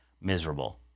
miserable